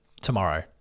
tomorrow